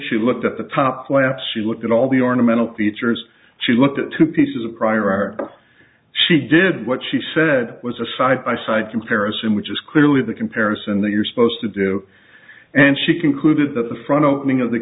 she looked at the top flaps she looked at all the ornamental features she looked at two pieces of prior art she did what she said was a side by side comparison which is clearly the comparison that you're supposed to do and she concluded that the front opening of the